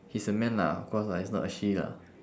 he's a man lah of course lah he's not a she lah